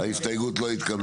0 ההסתייגות לא התקבלה.